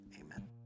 amen